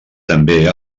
també